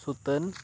ᱥᱩᱛᱟᱹᱱ